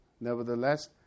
Nevertheless